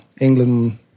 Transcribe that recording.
England